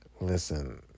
Listen